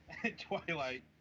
Twilight